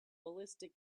ballistic